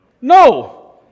no